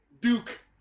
Duke